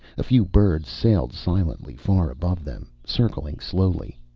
a few birds sailed silently, far above them, circling slowly.